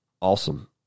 awesome